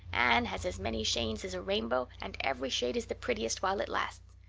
anne has as many shades as a rainbow and every shade is the prettiest while it lasts.